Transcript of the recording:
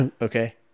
okay